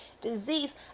disease